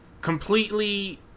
completely